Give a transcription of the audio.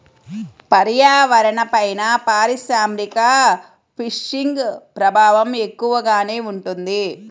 పర్యావరణంపైన పారిశ్రామిక ఫిషింగ్ ప్రభావం ఎక్కువగానే ఉంటుంది